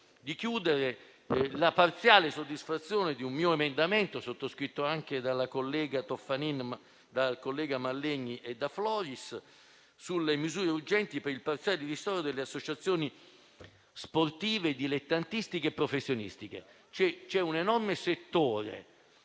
di concludere, esprimo parziale soddisfazione per un mio emendamento, sottoscritto anche dalla collega Toffanin, dai colleghi Mallegni e Floris, sulle misure urgenti per il parziale ristoro delle associazioni sportive, dilettantistiche e professionistiche. C'è un enorme settore,